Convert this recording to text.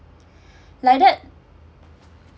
like that